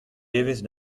evezh